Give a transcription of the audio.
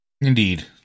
Indeed